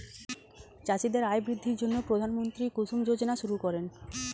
চাষীদের আয় বৃদ্ধির জন্য প্রধানমন্ত্রী কুসুম যোজনা শুরু করেন